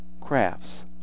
crafts